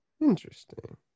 Interesting